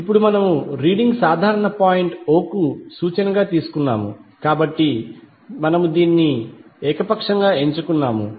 ఇప్పుడు మనము రీడింగ్ సాధారణ పాయింట్ o కు సూచనగా తీసుకున్నాము కాబట్టి మనము దానిని ఏకపక్షంగా ఎంచుకున్నాము